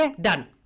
Done